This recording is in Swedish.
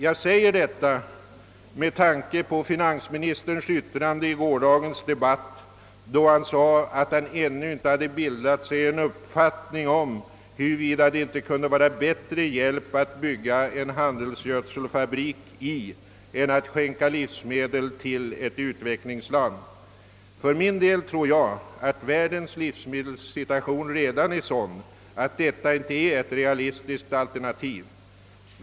Jag säger detta med tanke på finansministerns yttrande i gårdagens debatt, då han sade att han ännu inte hade bildat sig en uppfattning om huruvida det vore bättre att bygga en handelsgödselfabrik i ett utvecklingsland än att skänka livsmedel till samma land. För min del tror jag att världens livsmedelssituation redan är sådan, att detta inte är ett realistiskt alternativ.